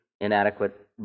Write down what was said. inadequate